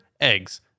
eggs